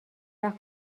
وقت